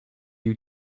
you